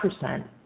percent